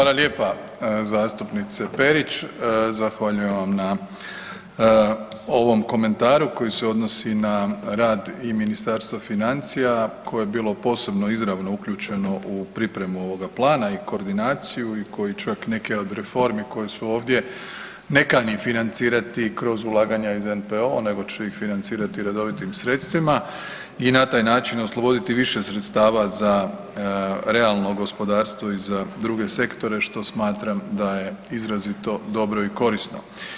Hvala lijepa zastupnice Perić, zahvaljujem vam na ovom komentaru koji se odnosi na rad i Ministarstva financija, a koje je bilo posebno izravno uključeno u pripremu ovoga plana i koordinaciju i koji čak neke od reformi koje su ovdje ne kani financirati kroz ulaganja iz NPO-a nego će ih financirati redovitim sredstvima i na taj način osloboditi više sredstava za realno gospodarstvo i za druge sektore, što smatram da je izrazito dobro i korisno.